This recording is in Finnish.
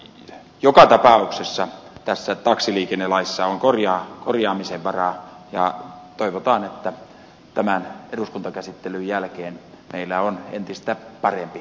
joka tapauksessa tässä taksiliikennelaissa on korjaamisen varaa ja toivotaan että tämän eduskuntakäsittelyn jälkeen meillä on entistä parempi taksiliikennelaki